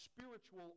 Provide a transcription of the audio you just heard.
spiritual